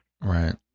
Right